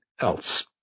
else